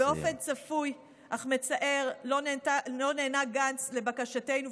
באופן צפוי אך מצער לא נענה גנץ לבקשנו,